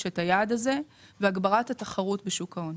את היעד הזה והגברת התחרות בשוק ההון.